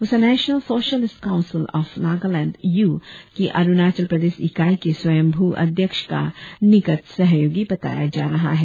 उसे national socialist council of Nagaland U की अरुणाचल प्रदेश इकाई के स्वंयभू अध्यक्ष का निकट सहयोगी बताया जा रहा है